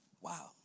wow